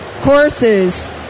courses